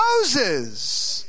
Moses